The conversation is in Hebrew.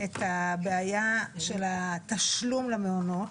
את הבעיה של התשלום למעונות.